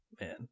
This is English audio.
Man